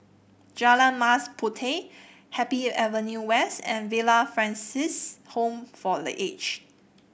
Jalan Mas Puteh Happy Avenue West and Villa Francis Home for The Aged